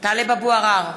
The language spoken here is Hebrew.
טלב אבו עראר,